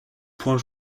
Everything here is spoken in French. point